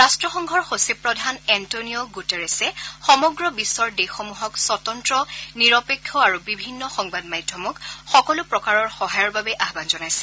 ৰাষ্ট্ৰসংঘৰ সচিব প্ৰধান এণ্টনিঅ গুটেৰেছে সমগ্ৰ বিশ্বৰ দেশসমূহক স্বতন্ত্ৰ নিৰপেক্ষ আৰু বিভিন্ন সংবাদ মাধ্যমক সকলো প্ৰকাৰৰ সহায়ৰ বাবে আহান জনাইছে